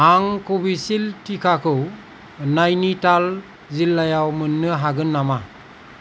आं कविसिल्द टिकाखौ नैनिताल जिल्लायाव मोन्नो हागोन नामा